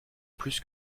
plus